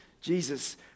Jesus